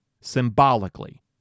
symbolically